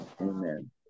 Amen